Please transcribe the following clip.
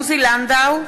עוזי לנדאו,